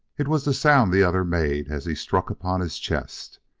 it was the sound the other made as he struck upon his chest.